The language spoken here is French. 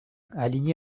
alignés